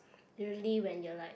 usually when you're like